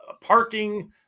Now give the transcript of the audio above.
parking